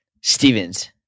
stevens